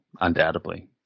undoubtedly